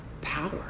power